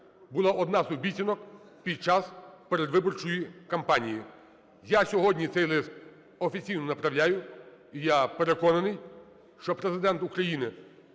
була одна з обіцянок під час передвиборчої кампанії. Я сьогодні цей лист офіційно направляю. І я переконаний, що Президент України